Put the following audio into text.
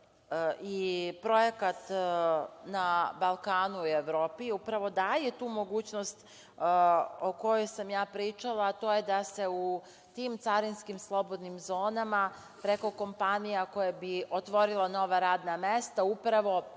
i projekat na Balkanu i Evropi upravo daje tu mogućnost o kojoj sam ja pričala, a to je da se u tim carinskim slobodnim zonama, preko kompanija koja bi otvorila nova radna mesta, upravo